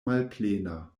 malplena